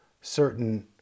certain